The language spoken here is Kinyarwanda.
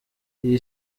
iyo